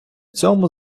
цьому